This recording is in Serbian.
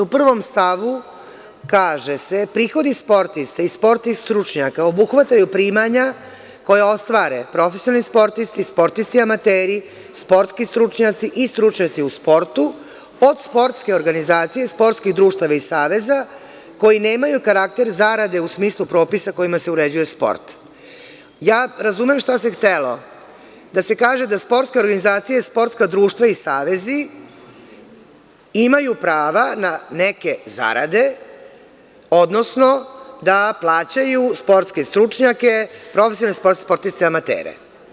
U prvom stavu kaže se: „Prihodi sportista i sportskih stručnjaka obuhvataju primanja koja ostvare profesionalni sportisti, sportisti amateri, sportski stručnjaci i stručnjaci u sportu, od sportske organizacije, sportskih društava i saveza, koja nemaju karakter zarade u smislu propisa kojima se uređuje sport.“ Ja razumem šta se htelo, da se kaže da sportske organizacije, sportska društva i savezi imaju prava na neke zarade, odnosno da plaćaju sportske stručnjake, profesionalne sportiste i amatere.